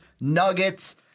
Nuggets